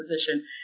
position